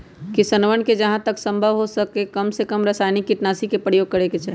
किसनवन के जहां तक संभव हो कमसेकम रसायनिक कीटनाशी के प्रयोग करे के चाहि